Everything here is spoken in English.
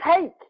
take